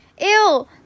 Ew